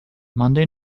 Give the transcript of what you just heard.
monday